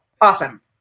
Awesome